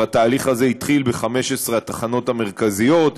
התהליך הזה כבר התחיל ב-15 התחנות המרכזיות,